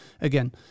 again